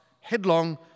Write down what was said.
headlong